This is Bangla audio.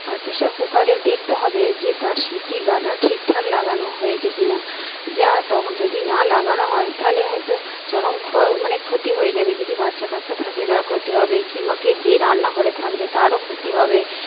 আর প্রেশার কুকারের দেখতে হবে যে তার সিটির গার্ডার ঠিকঠাক লাগানো হয়েছে কি না যা তখন যদি না লাগানো হয় তাহলে হয়তো চরম মানে ক্ষতি হয়ে যাবে যদি বাচ্চা কাচ্চা থাকে তার ক্ষতি হবে কিংবা কে যে রান্নাঘরে থাকবে তারও ক্ষতি হবে